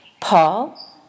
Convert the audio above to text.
Paul